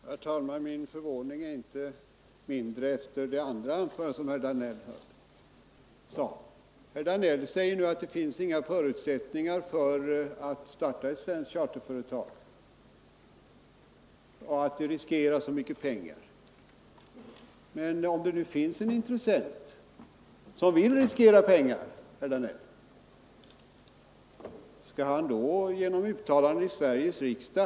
Herr talman! Min förvåning är inte mindre efter herr Danells andra anförande. Han säger nu att det inte finns några förutsättningar att starta ett svenskt charterföretag och att det skulle riskeras så mycket pengar. Men om det nu finns en intressent som vill riskera pengar, skall han då decourageras genom uttalanden i Sveriges riksdag.